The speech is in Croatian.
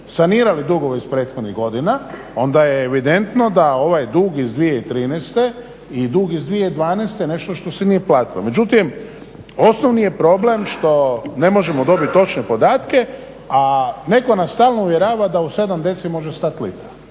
sanirali dugove iz prethodnih godina onda je evidentno da ovaj dug iz 2013. i dug iz 2012. nešto se nije platilo. Međutim, osnovni je problem što ne možemo dobiti točne podatke a netko nas stalno uvjerava da u 7dcl može stati litra.